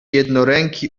jednoręki